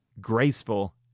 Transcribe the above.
Graceful